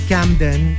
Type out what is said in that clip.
Camden